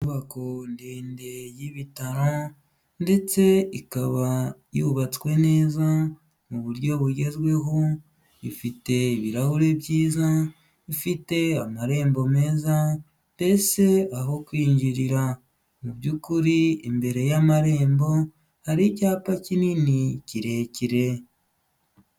Inyubako ndende y'ibitaro ndetse ikaba yubatswe neza mu buryo bugezweho, ifite ibirahure byiza ifite amarembo meza mbese aho kwinjirira, mu by'ukuri imbere y'amarembo hari icyapa kinini kirekire.